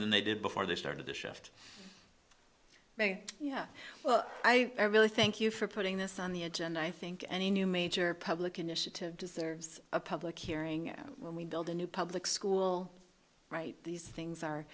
than they did before they started this shift yeah well i really thank you for putting this on the edge and i think any new major public initiative deserves a public hearing when we build a new public school right these things are